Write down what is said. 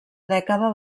dècada